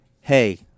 hey